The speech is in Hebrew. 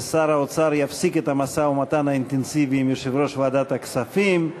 ושר האוצר יפסיק את המשא-ומתן האינטנסיבי עם יושב-ראש ועדת הכספים.